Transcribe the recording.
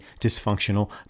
dysfunctional